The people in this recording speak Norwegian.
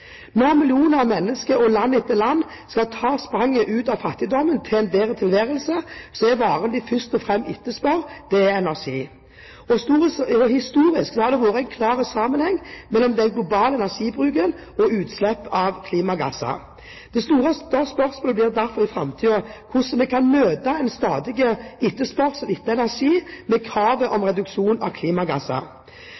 millioner av mennesker, og land etter land, skal ta spranget ut av fattigdom og over til en bedre tilværelse, er varen de først og fremst etterspør, energi. Historisk har det vært en klar sammenheng mellom den globale energibruken og utslipp av klimagasser. Det store spørsmålet blir derfor i framtiden hvordan vi kan møte en stadig etterspørsel etter energi med kravet om